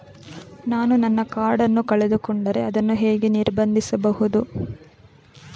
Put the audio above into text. ನಾನು ನನ್ನ ಕಾರ್ಡ್ ಅನ್ನು ಕಳೆದುಕೊಂಡರೆ ಅದನ್ನು ಹೇಗೆ ನಿರ್ಬಂಧಿಸಬಹುದು?